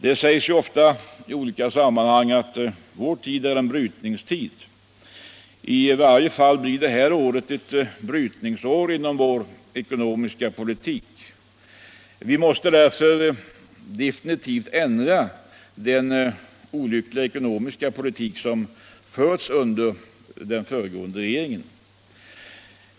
Det sägs ju ofta i olika sammanhang att' vår tid är en brytningstid. I varje fall blir det här året ett brytningsår inom vår ekonomiska politik. Vi måste därför definitivt ändra den olyckliga ekonomiska politik som förts av den föregående regeringen.